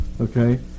Okay